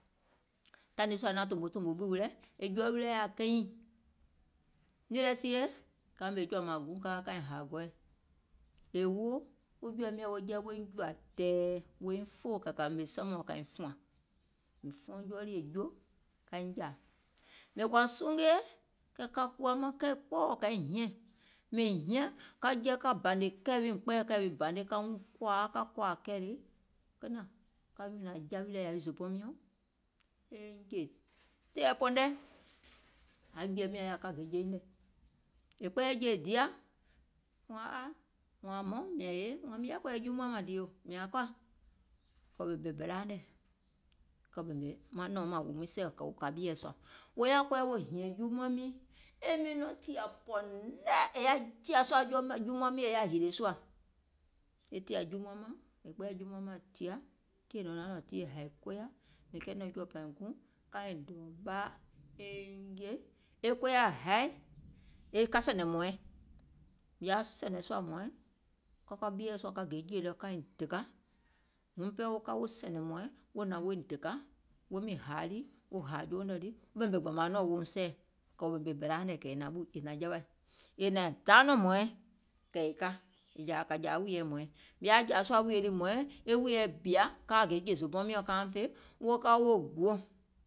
Taiŋ nii sùȧ è naȧŋ tòmò tòmò bù wilɛ, e jɔɔ wilɛ̀ yaȧ kɛnyiìŋ, nìì lɛ sie ka ka ka ɓèmè jɔ̀ɔ̀ mȧȧŋ guùŋ ka ka kaiŋ hȧȧ gɔɛɛ, è woo wo jɔ̀ɛ̀ɛ miɔ̀ŋ wo jɛi woiŋ jùȧ tɛ̀ɛ̀ woiŋ foò kɛ̀ kȧ ɓèmè sɛmɛ̀ɔŋ kȧiŋ fùȧŋ, mìŋ fuɔŋ jɔɔ lii è juo, kaiŋ jȧȧ, mìŋ kɔ̀ȧ sungie kɛ̀ kȧ kùwȧ kɛì kpɔɔ̀ɔ̀ kȧiŋ hiɛ̀ŋ, mìŋ hiɛ̀ŋ ka jɛi ka bȧnè kɛi wii, mìŋ kpɛɛyɛ̀ kɛì wii bȧne ka wuŋ kòȧa, ka kòȧ kɛì lii, kenȧŋ ka nyùnȧŋ ja wilɛ yȧwi zòòbɔɔŋ miɔ̀ŋ, eiŋ jè tɛ̀ɛ̀pɔ̀nɛ, aŋ jɔ̀ɛ̀ɛ nyȧŋ yaȧa ka gè je nyiŋ nɛ̀, è kpɛɛyɛ̀ jèe è diȧ, wȧȧŋ a, wȧȧŋ hmɔŋ, mìȧŋ èe, mìŋ yaȧ kɔ̀ɔ̀yɛ̀ juumuaŋ mȧŋ dìì yò, mìȧŋ kɔ̀ȧ, kɛ̀ wò ɓèmè bèlaauŋ nɛ̀ wò ɓèmè manɛ̀um mȧŋ wò miŋ sɛɛ̀ɛ̀ kɛ̀ wò kȧ ɓieɛ̀ sùȧ, wò yaȧ kɔɔyɛ wo hìȧŋ juumuaŋ miiŋ, e miŋ nɔŋ tìȧ pɔ̀nɛ è yaȧ tìȧ sùȧ juumuaŋ miiŋ è yaȧ hìlè sùȧ, e tìȧ juumuaŋ mȧŋ, è kpɛɛyɛ̀ juumuaŋ mȧŋ tìa, tii nɔ̀ŋ naȧŋ nɔŋ tiiye e hȧì koya, è kɛɛnɛ̀ŋ jɔ̀ɔ̀ pȧìŋ guùŋ kaiŋ dɔ̀ɔ̀ ɓaa eiŋ jè, e koya haì ka sɛ̀nɛ̀ŋ hmɔ̀ɔ̀ɛŋ, mìŋ yaȧ sɛ̀nɛ̀ŋ sùȧ hmɔ̀ɔ̀ɛŋ, ka kȧ ɓieɛ̀ sùȧ ka gè jèì lɛ kaiŋ dèkȧ, wuŋ pɛɛ wo sɛ̀nɛ̀ŋ hmɔ̀ɔ̀ɛŋ wo hnȧŋ woiŋ dèkȧ, wo miŋ hȧȧ ɗì wo hȧȧ jouŋ nɛ̀ ɗì wo ɓèmè gbȧmàuŋ nɔɔ̀ŋ wouŋ sɛɛ̀ɛ̀, wò ɓèmè bèlaauŋ nɛ̀ kɛ̀ è hnȧŋ jawaì, è hnȧŋ daa nɔŋ hmɔ̀ɔ̀ɛŋ kɛ̀ è ka kȧ jȧȧ wùìyèɛ hmɔ̀ɔ̀iŋ, mìŋ yaȧ jȧȧ sùà wùìyè lii hmɔ̀ɔ̀iŋ e wùìyèɛ bìȧ kaa gè jè zòòbɔɔŋ miɔ̀ŋ kaiŋ fè wo ka wo guò.